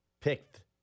picked